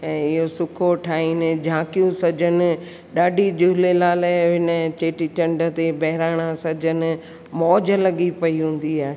ऐं इहो सुखो ठाहिनि झांकियूं सजनि ॾाढी झूलेलाल इन चेटीचंड ते बहिराणा सजनि मौज लॻी पई हूंदी आहे